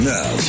Now